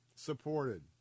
Supported